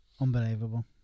Unbelievable